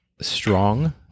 strong